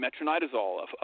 metronidazole